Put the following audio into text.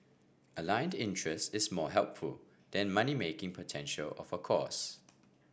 aligned interest is more helpful than money making potential of a course